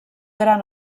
gran